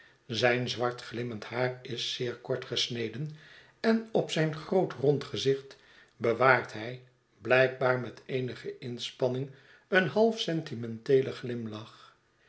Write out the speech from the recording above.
zijn zwart glimmend haar is zeer kort gesneden en op zijn groot rond gezicht bewaart hij blijkbaar met eenige inspanning een half sentimenteelen glimlach